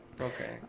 Okay